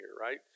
right